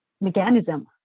mechanism